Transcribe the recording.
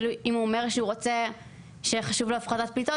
אם הוא אומר שחשוב לו הפחתת פליטות,